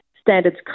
Standards